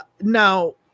now